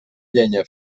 llenya